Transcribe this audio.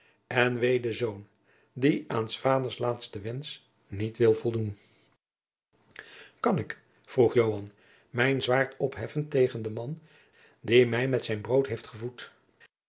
en wee den zoon die aan s vaders laatsten wensch niet wil voldoen kan ik vroeg joan mijn zwaard opheffen tegen den man die mij met zijn brood heeft gevoed